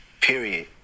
period